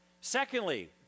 Secondly